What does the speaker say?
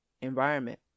environment